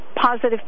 positive